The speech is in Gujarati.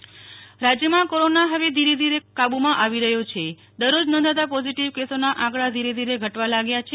કોરોના રાજ્ય રાજ્યમાં કોરોના હવે ધીરે ધીરે કોરોના કાબુમાં આવી રહ્યો છે દરરોજ નોંધાતા પોઝિટિવ કેસોના આંકડા ધીરે ધીરે ઘટવા લાગ્યા છે